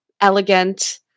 elegant